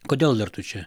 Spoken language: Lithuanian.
kodėl dar tu čia